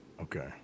Okay